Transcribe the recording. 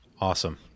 Awesome